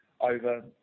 over